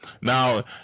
now